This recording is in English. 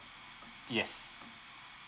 yes